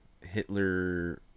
Hitler